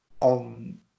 on